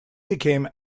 became